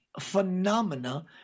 phenomena